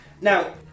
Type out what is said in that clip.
Now